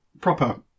proper